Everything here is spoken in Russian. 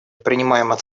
принимаем